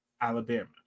Alabama